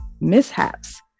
mishaps